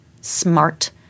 smart